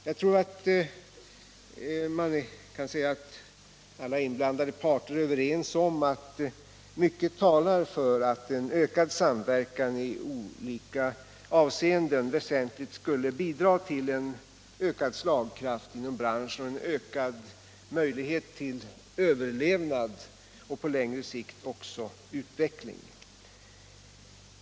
Jag tror alla inblandade parter är överens om att mycket talar för att en ökad samverkan i olika avseenden väsentligt skulle bidra till en ökad slagkraft för branschen och ökad möjlighet till överlevnad och på längre sikt också utveckling.